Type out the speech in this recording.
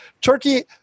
Turkey